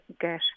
get